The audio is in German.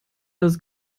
das